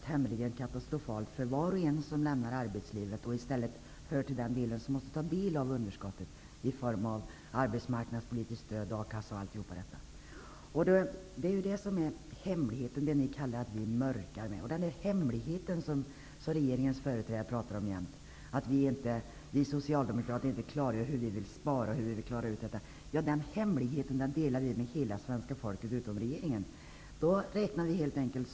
Det är tämligen katastrofalt för var och en som lämnar arbetslivet för att i stället höra till dem som berörs av underskottet när det gäller arbetsmarknadspolitiskt stöd, a-kassa osv. Regeringen företrädare talar ofta om mörkläggning och att vi socialdemokrater hemlighåller våra sparförslag. Den hemligheten delar vi med hela svenska folket, förutom regeringen.